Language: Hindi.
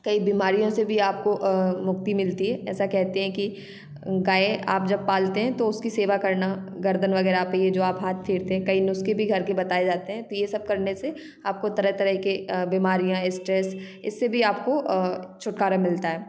कई बीमरियों से भी आपको अ मुक्ति मिलती है ऐसा कहते हैं कि गाय आप जब पालते हैं तो उसकी सेवा करना गर्दन वगैरह पर ये जो आप हाथ फेरते हैं कई नुस्खे भी घर के बताए जाते हैं तो ये सब करने से आपको तरह तरह के अ बीमारियां स्ट्रेस इससे भी आपको अ छुटकारा मिलता है